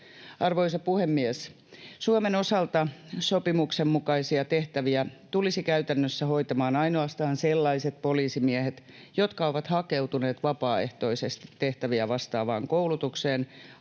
Arvoisa puhemies! Suomen osalta sopimuksen mukaisia tehtäviä tulisivat käytännössä hoitamaan ainoastaan sellaiset poliisimiehet, jotka ovat hakeutuneet vapaaehtoisesti tehtäviä vastaavaan koulutukseen